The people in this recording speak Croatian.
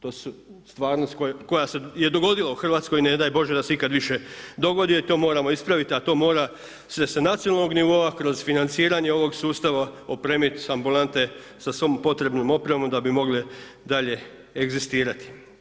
To je stvarnost koja se dogodila u Hrvatskoj, ne daj Bože da se ikad više dogodi jer to moramo ispraviti a to mora se s nacionalnog nivoa kroz financiranje ovog sustava, opremiti ambulante sa svom potrebnom opremom da bi mogli dalje egzistirati.